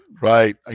right